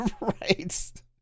right